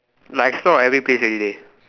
like so I explore every place already